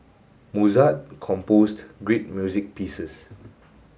Mozart composed great music pieces